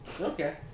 Okay